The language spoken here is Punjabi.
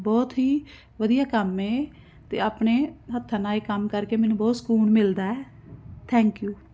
ਬਹੁਤ ਹੀ ਵਧੀਆ ਕੰਮ ਹੈ ਅਤੇ ਆਪਣੇ ਹੱਥਾਂ ਨਾਲ ਇਹ ਕੰਮ ਕਰਕੇ ਮੈਨੂੰ ਬਹੁਤ ਸਕੂਨ ਮਿਲਦਾ ਥੈਂਕ ਯੂ